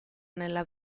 nella